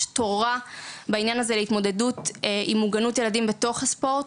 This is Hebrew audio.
תורה בעניין הזה להתמודדות עם מוגנות ילדים בתוך הספורט.